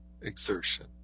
exertion